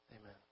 Amen